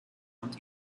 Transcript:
und